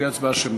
תהיה הצבעה שמית.